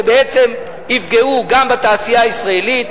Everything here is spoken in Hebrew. ובעצם יפגעו גם בתעשייה הישראלית,